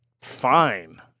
fine